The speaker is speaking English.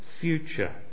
future